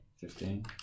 fifteen